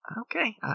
Okay